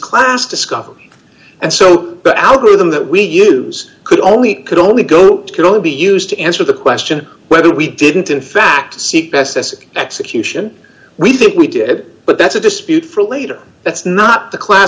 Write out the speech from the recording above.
class discovery and so the algorithm that we use could only could only go could only be used to answer the question whether we didn't in fact best execution we think we did but that's a dispute for later that's not the